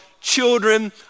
children